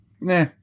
Nah